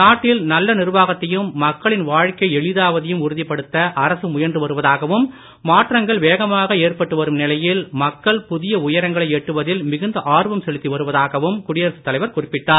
நாட்டில் நல்ல நிர்வாகத்தையும் மக்களின் வாழ்க்கை எளிதாவதையும் உறுதிப்படுத்த அரசு முயன்று வருவதாகவும் மாற்றங்கள் வேகமாக ஏற்பட்டு வரும் நிலையில் மக்கள் புதிய உயரங்களை எட்டுவதில் மிகுந்த ஆர்வம் செலுத்தி வருவதாகவும் குடியரசுத் தலைவர் குறிப்பிட்டார்